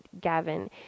Gavin